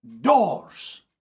doors